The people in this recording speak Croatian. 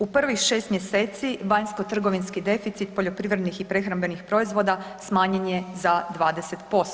U prvih 6 mj. vanjsko-trgovinski deficit poljoprivrednih i prehrambenih proizvoda smanjen je za 60%